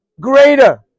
greater